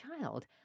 child